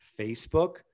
Facebook